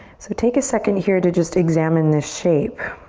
so take a second here to just examine this shape.